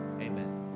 Amen